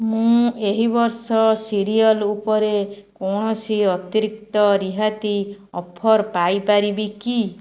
ମୁଁ ଏହି ବର୍ଷ ସିରିଅଲ୍ ଉପରେ କୌଣସି ଅତିରିକ୍ତ ରିହାତି ଅଫର୍ ପାଇ ପାରିବି କି